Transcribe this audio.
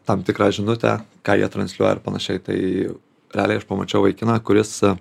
tam tikrą žinutę ką jie transliuoja ir panašiai tai realiai aš pamačiau vaikiną kuris